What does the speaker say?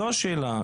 זו השאלה,